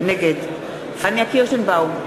נגד פניה קירשנבאום,